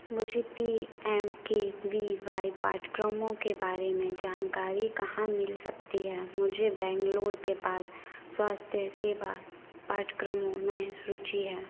मुझे P M K V Y पाठ्यक्रमों के बारे में जानकारी कहाँ मिल सकती है मुझे बैंगलोर के पास स्वास्थ्य सेवा पाठ्यक्रमों में रुचि है